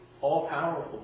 all-powerful